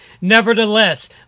Nevertheless